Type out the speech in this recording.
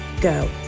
go